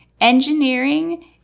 Engineering